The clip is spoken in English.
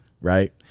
Right